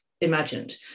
imagined